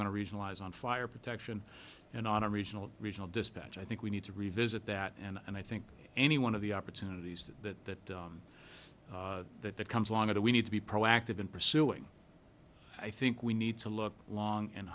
to regionalize on fire protection and on a regional regional dispatch i think we need to revisit that and i think any one of the opportunities that that that comes along to we need to be proactive in pursuing i think we need to look long and